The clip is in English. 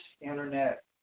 internet